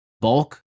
bulk